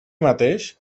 mateix